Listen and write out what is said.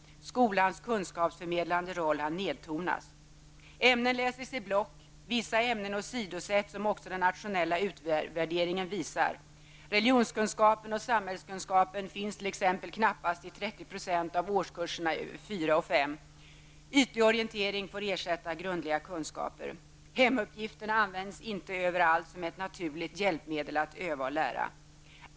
Skolans kunskapsförmedlande roll har nedtonats. Ämnen läses i block. Vissa ämnen åsidosätts, som också den nationella utvärderingen visar. Religionskunskap och samhällskunskap t.ex. finns knappast i 30 % av årskurserna 4 och 5. Ytlig orientering får ersätta grundliga kunskaper. Hemuppgifterna används inte överallt som ett naturligt hjälpmedel när det gäller att öva och lära.